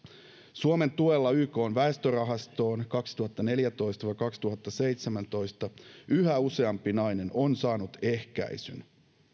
suomen tuella ykn väestörahastoon vuosina kaksituhattaneljätoista viiva kaksituhattaseitsemäntoista yhä useampi nainen on saanut ehkäisyn